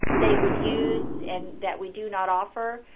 they would use and that we do not offer.